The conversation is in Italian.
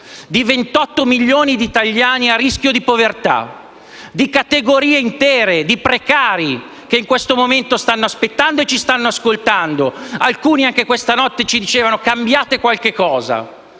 di 28 milioni di italiani a rischio di povertà, di categorie intere di precari che in questo momento stanno aspettando e ci stanno ascoltando. Alcuni, anche questa notte, ci dicevano: «Cambiate qualche cosa».